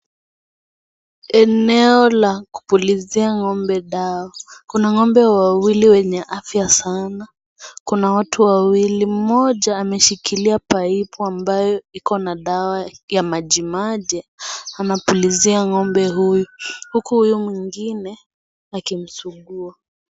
Eneno la kupulizia ngombe dawa, kuna ngombe wawili wenye afya saana, kuna watu wawili, mmoja ameshikilia paipu ambayo iko na dawa maji maji anapulizia ngombe huyu huku huyu mwingine akimsugua.